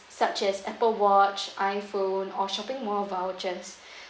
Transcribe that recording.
such as Apple watch iPhone or shopping mall vouchers